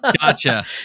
Gotcha